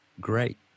great